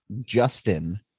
Justin